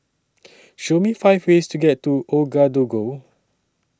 Show Me five ways to get to Ouagadougou